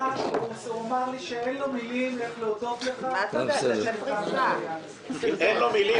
אמר לי שאין לו מילים להודות לך בזה שנרתמת לעניין הזה.